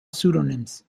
pseudonyms